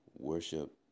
worship